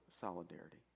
solidarity